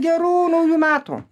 gerų naujų metų